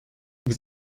vous